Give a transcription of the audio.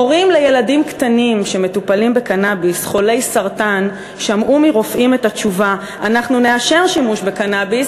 הורים לילדים קטנים חולי סרטן שמטופלים בקנאביס